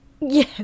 Yes